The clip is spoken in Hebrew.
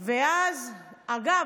אגב,